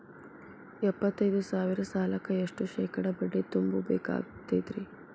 ಎಪ್ಪತ್ತೈದು ಸಾವಿರ ಸಾಲಕ್ಕ ಎಷ್ಟ ಶೇಕಡಾ ಬಡ್ಡಿ ತುಂಬ ಬೇಕಾಕ್ತೈತ್ರಿ?